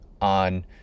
on